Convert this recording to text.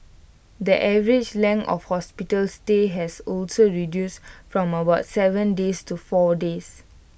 the average length of hospital stay has also reduced from about Seven days to four days